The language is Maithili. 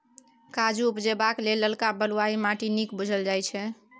काजु उपजेबाक लेल ललका बलुआही माटि नीक बुझल जाइ छै